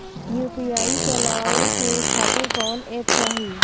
UPI चलवाए के खातिर कौन एप चाहीं?